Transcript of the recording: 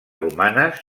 romanes